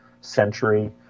century